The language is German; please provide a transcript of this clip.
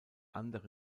andere